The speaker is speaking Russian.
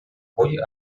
ходе